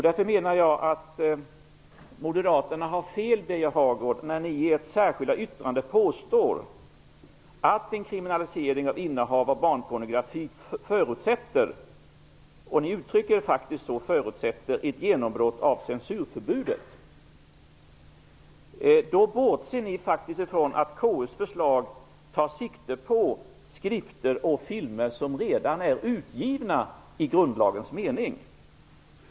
Därför menar jag att Moderaterna har fel, Birger Hagård, när ni i ert särskilda yttrande påstår att kriminalisering av innehav av barnpornografi förutsätter -- ni uttrycker er faktiskt så -- ett genombrott av censurförbudet. Ni bortser från att KU:s förslag tar sikte på skrifter och filmer som redan är utgivna i grundlagens mening.